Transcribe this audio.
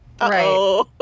Right